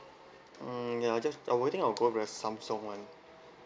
mm ya I'll just I will think I would go with the Samsung [one]